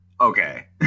okay